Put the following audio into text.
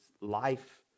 life